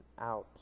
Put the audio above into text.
out